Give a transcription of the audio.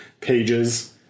pages